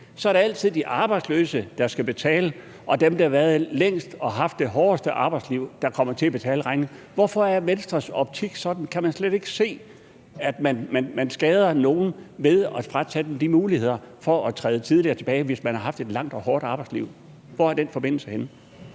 samfundet, de arbejdsløse, der skal betale, og dem, der har været længst på arbejdsmarkedet og haft det hårdeste arbejdsliv, der kommer til at betale regningen? Hvorfor er Venstres optik sådan? Kan man slet ikke se, at man skader nogle ved at fratage dem de muligheder for at træde tidligere tilbage, hvis de har haft et langt og hårdt arbejdsliv? Hvor er den forbindelse henne?